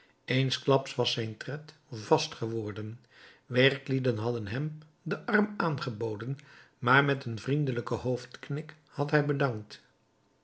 eensklaps was zijn tred vast geworden werklieden hadden hem den arm aangeboden maar met een vriendelijken hoofdknik had hij bedankt